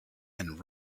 and